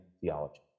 theology